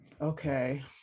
Okay